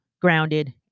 grounded